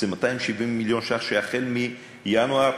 אלו 270 מיליון ש"ח שהחל מינואר